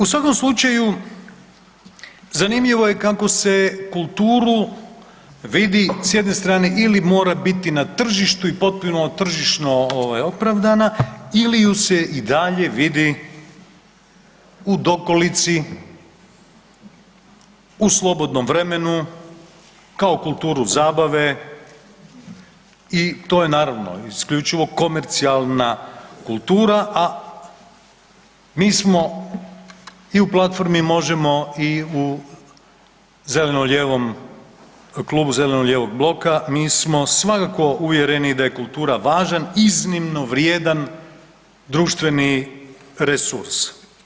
U svakom slučaju, zanimljivo je kako se kulturu vidi s jedne strane ili mora biti na tržištu i potpuno tržišno opravda ili ju se i dalje vidi u dokolici, u slobodnom vremenu, kao kulturu zabave i to je naravno isključivo komercijalna kultura, a mi smo i u platformi Možemo i u zeleno-lijevom, Klubu zeleno-lijevog bloka, mi smo svakako uvjereni da je kultura važan, iznimno vrijedan društveni resurs.